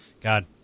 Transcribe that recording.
god